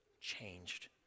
changed